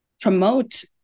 promote